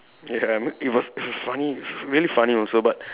ya I mean it was it was funny really funny also but